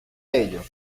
ello